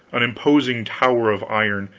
an imposing tower of iron,